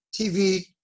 tv